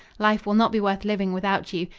life will not be worth living without you.